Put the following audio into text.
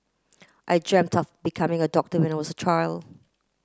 I dreamt of becoming a doctor when I was a child